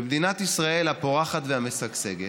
במדינת ישראל הפורחת והמשגשגת,